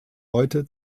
heute